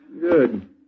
Good